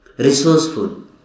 resourceful